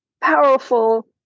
powerful